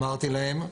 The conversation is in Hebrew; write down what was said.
אמרתי להם,